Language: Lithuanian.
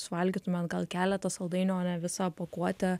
suvalgytumėt gal keleta saldainių o ne visą pakuotę